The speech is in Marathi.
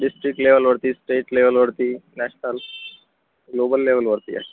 डीस्ट्रीक्ट लेवलवरती स्टेट लेवलवरती नॅशनल ग्लोबल लेवलवरती आहे